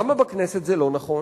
למה בכנסת זה לא נכון?